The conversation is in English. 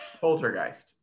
Poltergeist